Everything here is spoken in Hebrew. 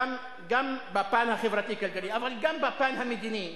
בפן החברתי-כלכלי, אבל גם בפן המדיני,